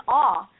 awe